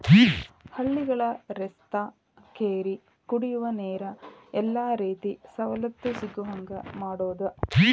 ಹಳ್ಳಿಗಳ ರಸ್ತಾ ಕೆರಿ ಕುಡಿಯುವ ನೇರ ಎಲ್ಲಾ ರೇತಿ ಸವಲತ್ತು ಸಿಗುಹಂಗ ಮಾಡುದ